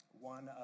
one